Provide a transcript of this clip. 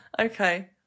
Okay